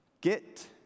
Get